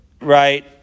right